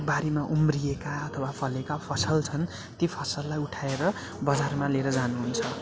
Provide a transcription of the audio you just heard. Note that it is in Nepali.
बारीमा उम्रिएका अथवा फलेका फसल छन् ती फसललाई उठाएर बजारमा लिएर जानुहुन्छ